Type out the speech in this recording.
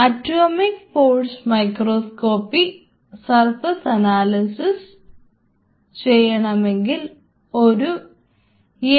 atomic force microscopy ഉപയോഗിച്ച് surface analysis ചെയ്യണമെങ്കിൽ ഒരു എ